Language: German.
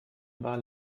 wal